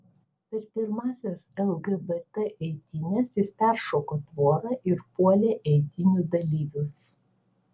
per pirmąsias lgbt eitynes jis peršoko tvorą ir puolė eitynių dalyvius